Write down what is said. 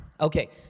Okay